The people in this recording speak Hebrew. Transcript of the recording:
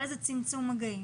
לצמצום מגעים.